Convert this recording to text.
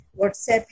WhatsApp